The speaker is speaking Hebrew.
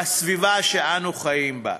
בסביבה שאנו חיים בה.